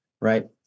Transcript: right